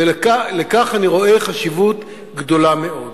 ובכך אני רואה חשיבות גדולה מאוד.